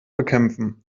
bekämpfen